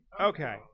Okay